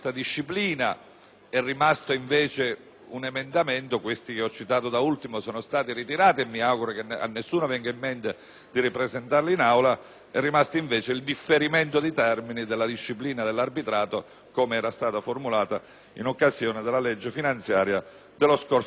È rimasto invece - questi che ho citato da ultimo sono emendamenti ritirati e mi auguro che a nessuno venga in mente di ripresentarli in Aula - il differimento di termini della disciplina dell'arbitrato, come era stata formulata in occasione della legge finanziaria dello scorso anno.